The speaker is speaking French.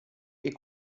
est